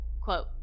quote